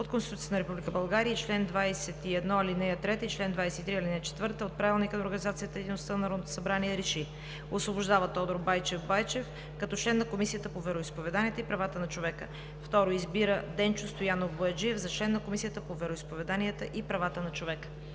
от Конституцията на Република България и чл. 21, ал. 3 и чл. 23, ал. 4 от Правилника за организацията и дейността на Народното събрание РЕШИ: 1. Освобождава Тодор Байчев Байчев като член на Комисията по вероизповеданията и правата на човека. 2. Избира Денчо Стоянов Бояджиев за член на Комисията по вероизповеданията и правата на човека.“